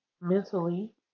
mentally